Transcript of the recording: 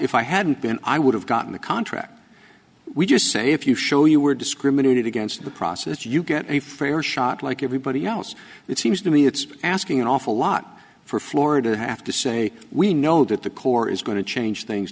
if i hadn't been i would have gotten the contract we just say if you show you were discriminated against in the process you get a fair shot like everybody else it seems to me it's asking an awful lot for florida have to say we know that the court is going to change things